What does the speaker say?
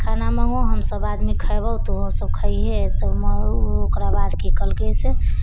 खाना मँगा हम सब आदमी खैबौ तूहो सब खैहे तऽ ओकरा बाद की कलकै से